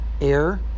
air